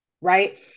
right